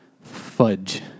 Fudge